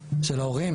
של ההורים,